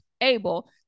able